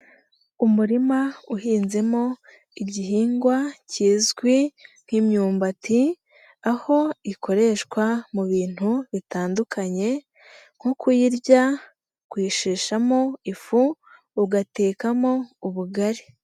Umurima uhinzemo, igihingwa kizwi nk'imyumbati. Aho ikoreshwa mu bintu bitandukanye, nko kuyirya, kushishamo ifu, ugatekamo ubugari.